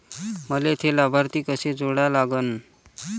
मले थे लाभार्थी कसे जोडा लागन?